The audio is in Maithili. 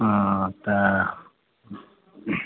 हँ तऽ